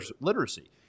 literacy